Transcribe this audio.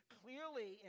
clearly